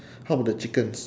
how about the chickens